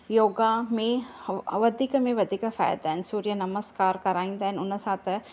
योगा में वधीक में वधीक फ़ाइदा आहिनि सूर्य नमस्कारु कराईंदा आहिनि उन सां त